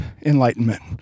Enlightenment